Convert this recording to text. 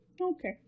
Okay